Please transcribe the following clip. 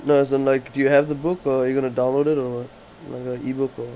no as in like do you have the book oh are you going to download it or what like a E_book or